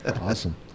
Awesome